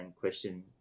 question